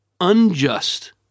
unjust